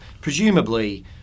presumably